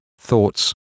thoughts